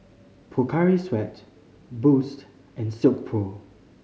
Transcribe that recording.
Pocari Sweat Boost and Silkpro